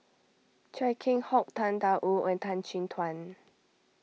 Chia Keng Hock Tang Da Wu and Tan Chin Tuan